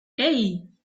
hey